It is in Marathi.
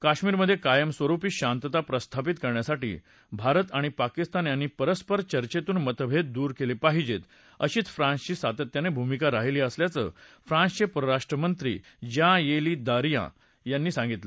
कश्मीरमधे कायमस्वरुपी शांतता प्रस्थापित करण्यासाठी भारत आणि पाकिस्तान यांनी परस्पर चर्चेतून मतभेद दूर केले पाहिजेत अशीच फ्रान्सची सातत्यानं भूमिका राहिली असल्याचं फ्रान्सचे परराष्ट्रमंत्री ज्यां ये ली दरियां यांनी सांगितलं